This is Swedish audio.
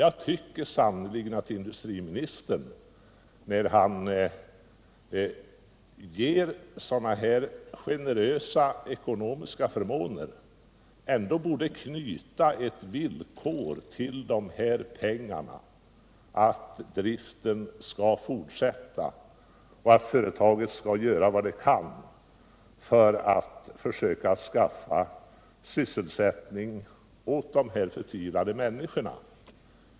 Jag tycker sannerligen att industriministern, som ju beviljar sådana här generösa ekonomiska förmåner, borde ställa som villkor för att få dessa pengar att driften skall fortsätta och att företaget skall göra vad det kan för att skaffa sysselsättning åt dessa förtvivlade människor.